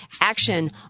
action